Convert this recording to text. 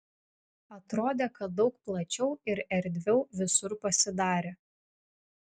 atrodė kad daug plačiau ir erdviau visur pasidarė